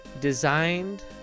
Designed